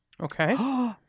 Okay